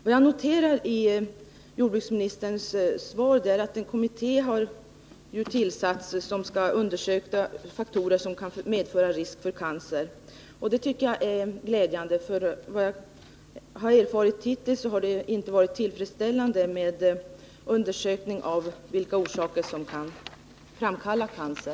Jag noterar emellertid att det i jordbruksministerns svar står att en kommitté nu har tillsatts för att undersöka faktorer som kan medföra risk för cancer. Detta tycker jag är glädjande, eftersom det enligt vad jag har erfarit hittills inte har gjorts tillfredsställande undersökningar för att fastställa orsakerna till cancer.